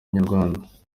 inyarwanda